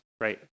Right